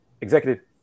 executive